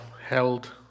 held